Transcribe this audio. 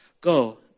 Go